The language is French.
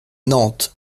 nantes